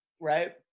Right